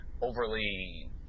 overly